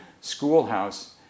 Schoolhouse